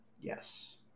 Yes